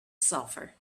sulfur